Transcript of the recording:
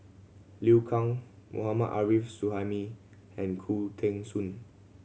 Liu Kang Mohammad Arif Suhaimi and Khoo Teng Soon